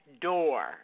door